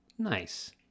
nice